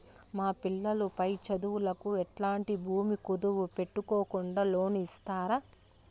మా పిల్లలు పై చదువులకు ఎట్లాంటి భూమి కుదువు పెట్టుకోకుండా లోను ఇస్తారా